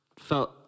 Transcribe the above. felt